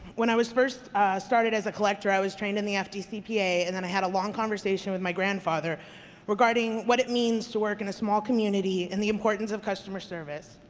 when i first started as a collector, i was trained in the fdcpa, and then i had a long conversation with my grandfather regarding what it means to work in a small community and the importance of customer service.